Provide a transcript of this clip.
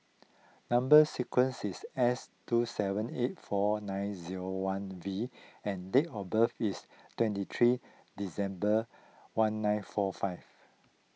Number Sequence is S two seven eight four nine zero one V and date of birth is twenty three December one nine four five